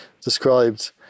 described